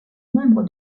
membre